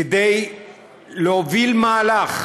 כדי להוביל מהלך